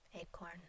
acorn